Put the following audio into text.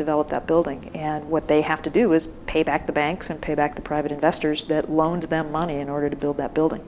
develop that building and what they have to do is pay back the banks and pay back the private investors that loaned them money in order to build that building